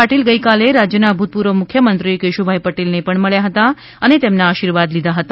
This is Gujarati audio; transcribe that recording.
પાટિલ ગઇકાલે રાજ્યના ભુતપૂર્વ મુખ્ય મંત્રી શ્રી કેશુભાઈ પટેલને પણ મળ્યા હતા અને તેમના આશીર્વાદ લીધા હતા